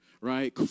right